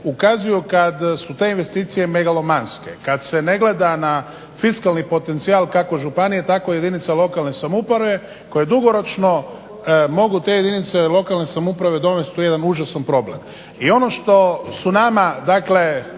ukazuju kada su te investicije megalomanske, kada se ne gleda na fiskalni potencijal kako županije tako i jedinica lokalne samouprave koje dugoročno mogu te jedinice lokalne samouprave dovesti u jedan užasan problem. I ono što su nama dakle